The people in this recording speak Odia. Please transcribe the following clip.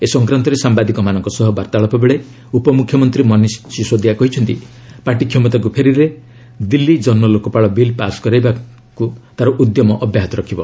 ଏ ସଂକ୍ରାନ୍ତରେ ସାମ୍ବାଦିକମାନଙ୍କ ସହ ବାର୍ତ୍ତାଳାପ ବେଳେ ଉପମୁଖ୍ୟମନ୍ତ୍ରୀ ମନୀଶ ସିସୋଦିଆ କହିଛନ୍ତି ପାର୍ଟି କ୍ଷମତାକୁ ଫେରିଲେ ଦିଲ୍ଲୀ ଜନଲୋକପାଳ ବିଲ୍ ପାସ୍ କରାଯାଇବାକୁ ତାର ଉଦ୍ୟମ ଅବ୍ୟାହତ ରଖିବ